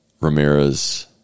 Ramirez